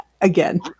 Again